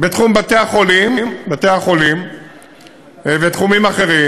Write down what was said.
בתחום בתי-החולים ובתחומים אחרים,